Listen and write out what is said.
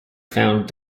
found